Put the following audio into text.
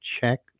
check